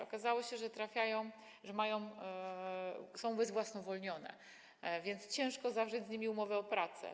Okazało się, że trafiają, ale są ubezwłasnowolnione, więc ciężko zawrzeć z nimi umowę o pracę.